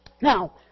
Now